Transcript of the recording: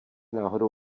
náhodou